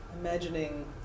imagining